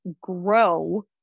grow